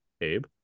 Abe